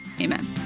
Amen